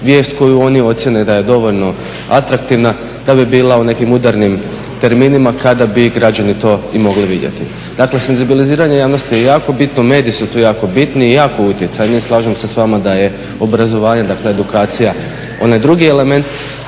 vijest koju oni ocjene da je dovoljno atraktivna da bi bila u nekim udarnim terminima kad bi građani to i mogli vidjeti. Dakle, senzibiliziranje javnosti je jako bitno, mediji su tu jako bitni i jako utjecajni. Slažem s vama da je obrazovanje, dakle edukacija onaj drugi element